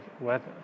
weather